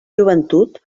joventut